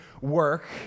work